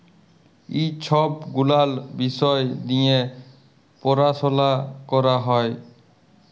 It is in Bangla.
ই ছব গুলাল বিষয় দিঁয়ে পরাশলা ক্যরা হ্যয়